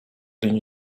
linii